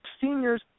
seniors